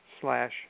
slash